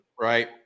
right